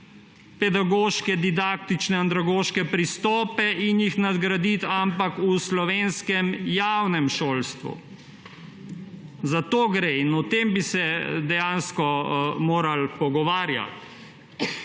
pedagoške, didaktične, andragoške pristope in jih nadgraditi, ampak v slovenskem javnem šolstvu. Za to gre in o tem bi se dejansko morali pogovarjati.